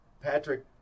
Patrick